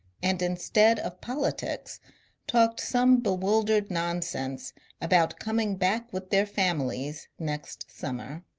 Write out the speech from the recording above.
and instead of politics talked some bewildered non sense about coming back with their families next summer.